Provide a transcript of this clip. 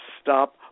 stop